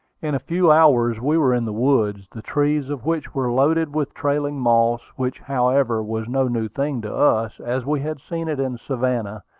in a few hours we were in the woods, the trees of which were loaded with trailing moss, which, however, was no new thing to us, as we had seen it in savannah,